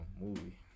movie